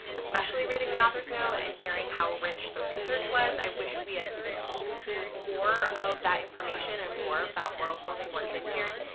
especially reading the authors note and hearing how rich the research was i wish we had seen more of that information and more of that world building worked in here,